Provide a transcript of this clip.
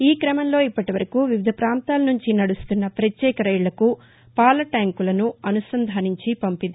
ఈ క్రమంలో ఇప్పటివరకు వివిధ పాంతాల నుంచి నడుస్తున్న పత్యేక రైళ్లకు పాల ట్యాంకులను అనుసంధానించి పంపేది